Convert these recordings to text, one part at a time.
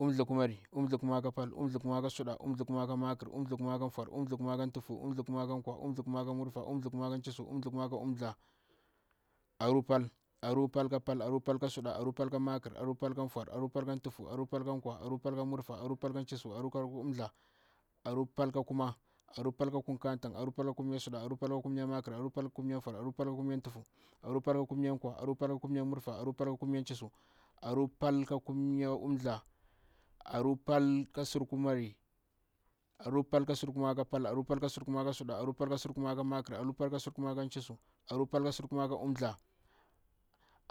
Umthdla kumari, umthdla kumari ka pal, umthdla kumari ka suɗa, umthdla kumari ka makr, umthdla kumari ka foar, umthdla kumari ka nkwa, umthdla kumari ka mmurfa, umthdla kumari ka chiissuuw, umthdla kumari ka umthdla. Aruu pal, aruu pal ka pal, aruu pal ka suɗa, aruu pal ka makr, aruu pal ka foar, aruu pal ka tufu, aruu pal ka nkwa, aruu pal ka mmurfah, aruu pal ka chiisuuw, aruu pal ka umthdla, aruu pal ka kummya, aruu pal ka kummya suɗa, aruu pal ka kummya makr, aruu pal ka kummya foar, aruu pal ka kummya tuhfu, aruu pal ka kummya nkwa, aruu pal ka kummya mmurfa, aruu pal ka kummya chiissuuw, aruu pal ka kummya umthdla, aruu pal ka suɗu kumari, aruu pal ka suɗu kummari ka pal, aruu pal ka suɗu kummari ka suɗa, aruu pal ka suɗu kummari ka makr, aruu pal ka suɗu kummari ka foar, aruu pal ka suɗu kummari ka tuhfu, aruu pal ka suɗu kummari ka nkwa,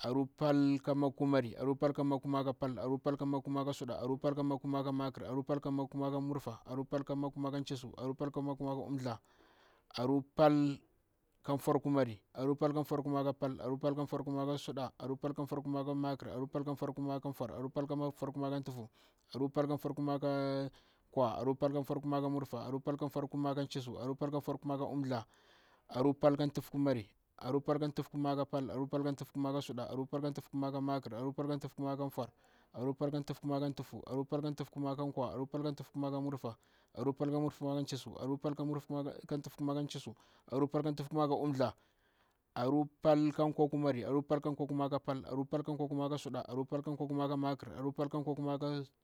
aruu pal ka suɗu kummari ka mmurfa, aruu pal ka suɗu kummari ka chiissuuw, aruu pal ka suɗu kummari ka umthdla, aruu pal ka makr kumari, aruu pal ka mak kumari ka pal, aruu pal ka mak kumari ka suɗa, aruu pal ka mak kumari ka makr, aruu pal ka mak kumari ka foar, aruu pal ka mak kumari ka tuhfu, aruu pal ka mak kumari ka nkwa, aruu pal ka mak kumari ka mmurfah, aruu pal ka mak kumari ka chiissuuw, aruu pal ka mak kumari ka umthdla;; aruu pal foar kummari, aruu pal ka foar kummari ka pal, aruu pal ka foar kummari ka suɗa, aruu pal ka foar kummari ka makr, aruu pal ka foar kummari ka tuhfu, aruu pal ka foar kummari ka nkwa, aruu pal ka foar kummari ka mmurfah, aruu pal ka foar kummari ka chiissuw, aruu pal ka foar kummari ka umthdla, aruu pal ka tuhfu kummari, aruu pal ka tuhfu kummari ka pal, aruu pal ka tuhfu kummari ka suɗa, aruu pal ka tuhfu kummari ka makr, aruu pal ka tuhfu kummari ka foar, aruu pal ka tuhfu kummari ka tuhfu, aruu pal ka tuhfu kummari ka nkwa, aruu pal ka tuhfu kummari ka mmurfa, aruu pal ka tuhfu kummari ka chiissuuw, aruu pal ka tuhfu kummari ka umthdla. Aruu pal ka nkwa kummari, aruu pal ka nkwa kummari ka pal, aruu pal ka nkwa kummari ka suɗa, aruu pal ka nkwa kummari ka makr, aruu pal ka nkwa kummari ka foar, aruu pal ka nkwa kummari ka tuhfu, aruu pal ka nkwa kummari ka mmurfa, aruu pal ka nkwa kummari ka chiissuuww, aruu pal ka nkwa kummari ka umthdla;